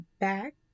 back